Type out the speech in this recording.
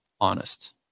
honest